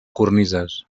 cornises